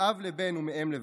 מאב לבן ומאם לבת.